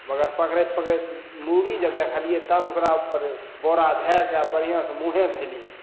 मगर पकड़ैत पकड़ैत मूरी जब देखलियै तब ओकरा उपर बोरा धए कऽ बढ़िआँसँ मुँहे धेलियै